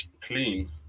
clean